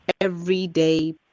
everyday